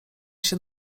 się